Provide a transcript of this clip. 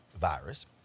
virus